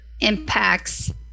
impacts